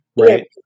right